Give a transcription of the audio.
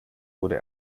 wurde